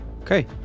Okay